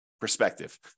Perspective